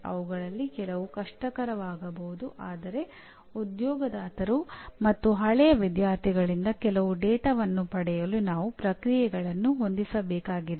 ಅವುಗಳಲ್ಲಿ ಕೆಲವು ಕಷ್ಟಕರವಾಗಬಹುದು ಆದರೆ ಉದ್ಯೋಗದಾತರು ಮತ್ತು ಹಳೆಯ ವಿದ್ಯಾರ್ಥಿಗಳಿಂದ ಕೆಲವು ಡೇಟಾವನ್ನು ಪಡೆಯಲು ನಾವು ಪ್ರಕ್ರಿಯೆಗಳನ್ನು ಹೊಂದಿಸಬೇಕಾಗಿದೆ